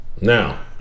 Now